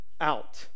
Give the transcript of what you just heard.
out